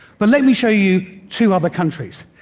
but let me show you two other countries.